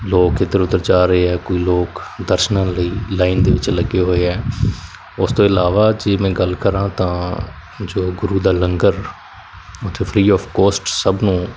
ਲੋਕ ਇੱਧਰ ਉੱਧਰ ਜਾ ਰਹੇ ਆ ਕੋਈ ਲੋਕ ਦਰਸ਼ਨਾਂ ਲਈ ਲਾਈਨ ਦੇ ਵਿੱਚ ਲੱਗੇ ਹੋਏ ਹੈ ਉਸ ਤੋਂ ਇਲਾਵਾ ਜੇ ਮੈਂ ਗੱਲ ਕਰਾਂ ਤਾਂ ਜੋ ਗੁਰੂ ਦਾ ਲੰਗਰ ਉੱਥੇ ਫਰੀ ਆਫ ਕੋਸਟ ਸਭ ਨੂੰ